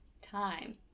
time